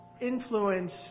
influence